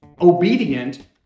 obedient